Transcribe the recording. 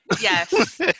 Yes